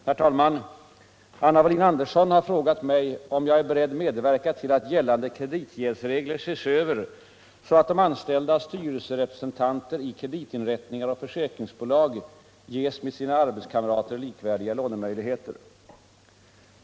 Herr talman! Anna Wohlin-Andersson har frågat mig om jag är beredd medverka till att gällande kreditjävsregler ses över så att de anställdas styrelserepresentanter i kreditinrättningar och försäkringsbolag ges med sina arbetskamrater likvärdiga lånemöjligheter.